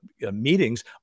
meetings